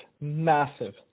massive